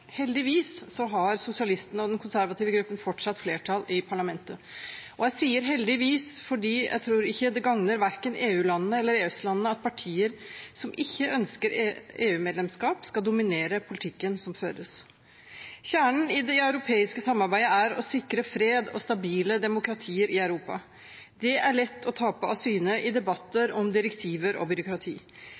har sosialistene og den konservative gruppen fortsatt flertall i parlamentet. Jeg sier heldigvis, fordi jeg tror det gagner verken EU-landene eller EØS-landene at partier som ikke ønsker EU-medlemskap, skal dominere politikken som føres. Kjernen i det europeiske samarbeidet er å sikre fred og stabile demokratier i Europa. Det er lett å tape av syne i debatter om direktiver og byråkrati.